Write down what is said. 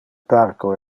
parco